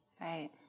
right